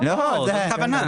לא, זאת הכוונה.